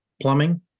plumbing